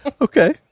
Okay